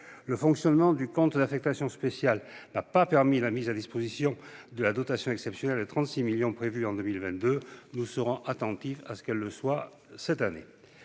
le fonctionnement du compte d'affectation spéciale n'a pas permis la mise à disposition de la dotation exceptionnelle de 36 millions d'euros prévue en 2022. Nous serons attentifs à son versement en 2023.